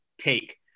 take